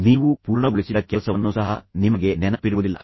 ನೀವು ಪೂರ್ಣಗೊಳಿಸಿದ ಕೆಲಸವನ್ನು ಸಹ ನಿಮಗೆ ನೆನಪಿರುವುದಿಲ್ಲ